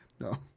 No